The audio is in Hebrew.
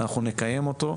אנחנו נקיים אותו.